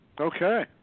Okay